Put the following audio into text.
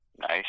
nice